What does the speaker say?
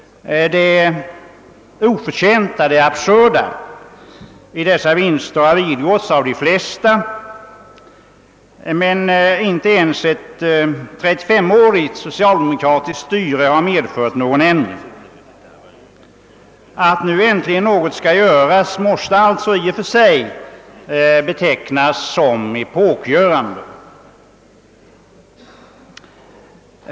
Det oförtjänta, det absurda i dessa vinster har vidgåtts av de flesta, men inte ens ett trettiofemårigt socialdemokratiskt styre har medfört någon ändring. Att nu äntligen något skall göras måste alltså i och för sig betecknas som epokgörande.